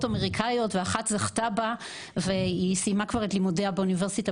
אמריקאיות ואחת זכתה בה והיא סיימה כבר את לימודיה באוניברסיטה